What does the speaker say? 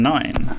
Nine